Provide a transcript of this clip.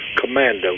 Commando